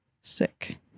Sick